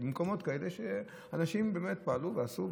אז במקומות כאלה שאנשים באמת פעלו ועשו,